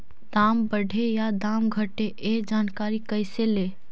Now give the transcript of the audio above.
दाम बढ़े या दाम घटे ए जानकारी कैसे ले?